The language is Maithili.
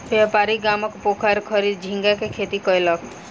व्यापारी गामक पोखैर खरीद झींगा के खेती कयलक